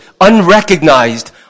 unrecognized